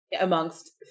amongst